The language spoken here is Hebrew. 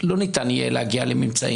לא יהיה אפשר להגיע לממצאים.